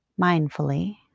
mindfully